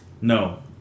No